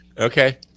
okay